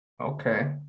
Okay